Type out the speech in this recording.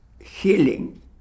healing